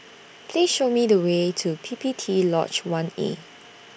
Please Show Me The Way to P P T Lodge one A